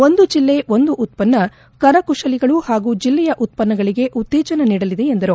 ಒಂದು ಜಿಲ್ಲೆ ಒಂದು ಉತ್ತನ್ನ ಕರಕುಶಲಿಗಳು ಹಾಗೂ ಜಿಲ್ಲೆಯ ಉತ್ತನ್ನಗಳಿಗೆ ಉತ್ತೇಜನ ನೀಡಲಿದೆ ಎಂದರು